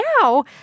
now